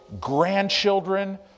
grandchildren